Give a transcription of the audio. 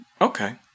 Okay